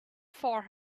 for